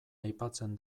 aipatzen